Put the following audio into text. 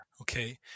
Okay